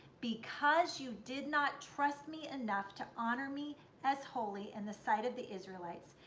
because you did not trust me enough to honor me as holy in the sight of the israelites,